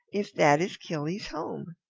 if that is killy's home.